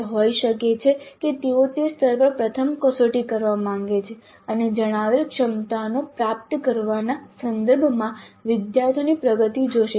તે હોઈ શકે છે કે તેઓ તે સ્તર પર પ્રથમ કસોટી કરવા માંગે છે અને જણાવેલ ક્ષમતાઓ પ્રાપ્ત કરવાના સંદર્ભમાં વિદ્યાર્થીઓની પ્રગતિ જોશે